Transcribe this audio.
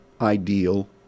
ideal